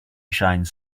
shines